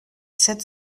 sept